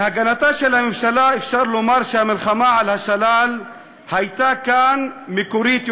להגנתה של הממשלה אפשר לומר שהמלחמה על השלל הייתה כאן מקורית יותר,